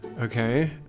Okay